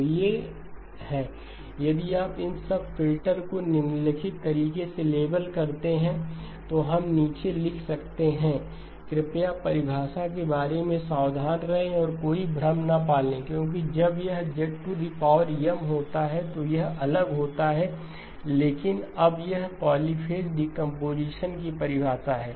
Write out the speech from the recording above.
तो ये हैं यदि आप इन सबफ़िल्टर को निम्नलिखित तरीके से लेबल करते हैं तो हम नीचे लिख सकते हैं Hl0M 1Z 1El where Eln−∞hnM1Z n कृपया परिभाषा के बारे में सावधान रहें और कोई भ्रम न पालें क्योंकि जब यह होता है तो यह अलग होता है लेकिन अब यह पॉलीफ़ेज़ डीकंपोजीशन की परिभाषा है